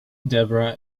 debra